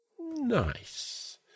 nice